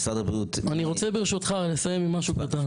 משרד הבריאות --- אני רוצה ברשותך לסיים עם משהו קטן.